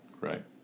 right